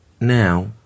now